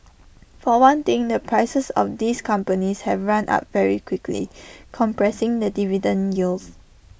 for one thing the prices of these companies have run up very quickly compressing the dividend yields